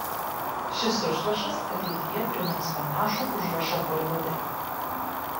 šis užrašas ateityje primins panašų užrašą holivude